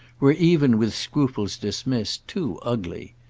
were, even with scruples dismissed, too ugly.